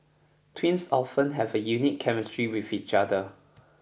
twins often have a unique chemistry with each other